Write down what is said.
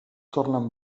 tornen